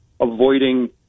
avoiding